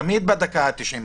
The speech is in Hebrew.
תמיד בדקה ה-90,